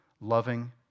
Loving